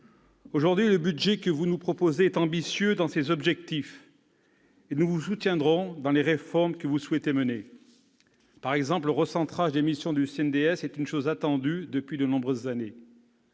Aujourd'hui, le budget que vous nous proposez est ambitieux dans ses objectifs, et nous vous soutiendrons dans les réformes que vous souhaitez mener. Le recentrage des missions du CNDS est, par exemple, attendu depuis de nombreuses années.